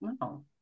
no